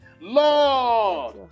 Lord